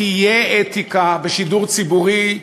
תהיה אתיקה בשידור הציבורי,